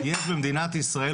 יש במדינת ישראל,